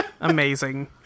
Amazing